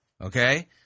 Okay